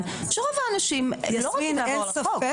שרוב האנשים לא רוצים לעבור על החוק.